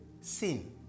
sin